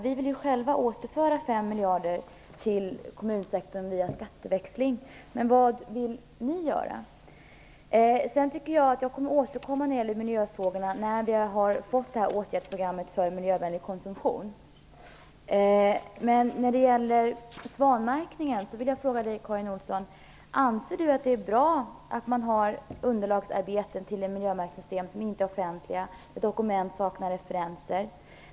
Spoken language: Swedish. Vi vill själva återföra 5 miljarder till kommunsektorn via skatteväxling, men vad vill ni göra? Jag avser att återkomma när det gäller miljöfrågorna när vi har fått åtgärdsprogrammet för miljövänlig konsumtion, men när det gäller svanmärkningen vill jag fråga Karin Olsson: Anser Karin Olsson att det är bra att underlagsarbetet till ett miljömärkningssystem inte är offentligt och att dokument saknar referenser?